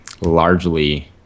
largely